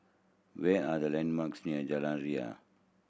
what are the landmarks near Jalan Ria